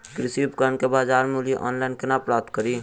कृषि उपकरण केँ बजार मूल्य ऑनलाइन केना प्राप्त कड़ी?